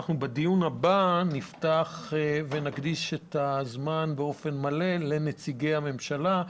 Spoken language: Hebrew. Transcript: בדיון הבא נפתח ונקדיש את הזמן באופן מלא לנציגי הממשלה,